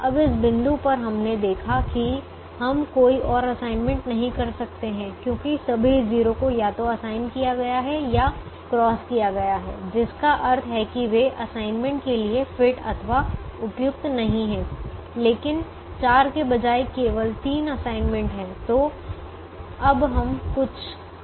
अब इस बिंदु पर हमने देखा कि हम कोई और असाइनमेंट नहीं कर सकते हैं क्योंकि सभी 0 को या तो असाइन किया गया है या क्रॉस किया गया है जिसका अर्थ है कि वे असाइनमेंट के लिए फिट अथवा उपयुक्त नहीं हैं लेकिन 4 के बजाय केवल 3 असाइनमेंट हैं तो अब हम कुछ करते हैं